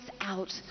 out